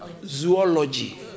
Zoology